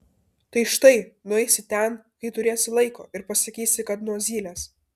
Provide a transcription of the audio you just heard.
tai štai nueisi ten kai turėsi laiko ir pasakysi kad nuo zylės